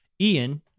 Ian